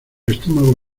estómago